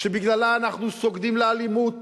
שבגללו אנחנו סוגדים לאלימות